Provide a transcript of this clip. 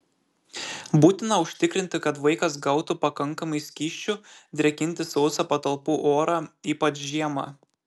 būtina užtikrinti kad vaikas gautų pakankamai skysčių drėkinti sausą patalpų orą ypač žiemą